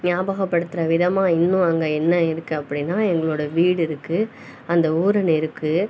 ஞாபகம்படுத்துற விதமாக இன்னும் அங்கே என்ன இருக்குது அப்படின்னா எங்களோடய வீடு இருக்குது அந்த ஊரணி இருக்குது